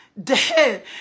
dead